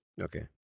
Okay